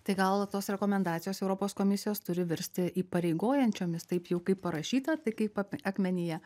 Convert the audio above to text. tai gal tos rekomendacijos europos komisijos turi virsti įpareigojančiomis taip jau kaip parašyta tai kaip ap akmenyje